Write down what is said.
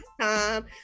time